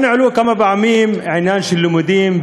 העלו כאן כמה פעמים את העניין של לימודים,